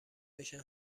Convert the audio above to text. بشه